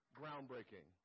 groundbreaking